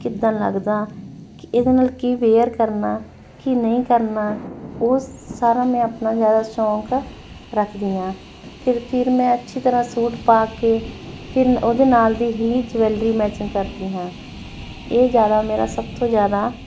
ਕਿੱਦਾਂ ਲੱਗਦਾ ਕਿ ਇਹਦੇ ਨਾਲ ਕੀ ਵੇਅਰ ਕਰਨਾ ਕੀ ਨਹੀਂ ਕਰਨਾ ਉਹ ਸਾਰਾ ਮੈਂ ਆਪਣਾ ਜ਼ਿਆਦਾ ਸ਼ੌਂਕ ਰੱਖਦੀ ਹਾਂ ਫਿਰ ਫਿਰ ਮੈਂ ਅੱਛੀ ਤਰ੍ਹਾਂ ਸੂਟ ਪਾ ਕੇ ਫਿਰ ਉਹਦੇ ਨਾਲ ਦੀ ਹੀ ਜਵੈਲਰੀ ਮੈਚਿੰਗ ਕਰਦੀ ਹਾਂ ਇਹ ਜ਼ਿਆਦਾ ਮੇਰਾ ਸਭ ਤੋਂ ਜ਼ਿਆਦਾ